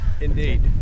Indeed